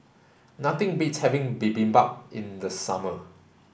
nothing beats having Bibimbap in the summer